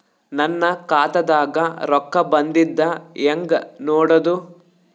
ನನ್ನ ಖಾತಾದಾಗ ರೊಕ್ಕ ಬಂದಿದ್ದ ಹೆಂಗ್ ನೋಡದು?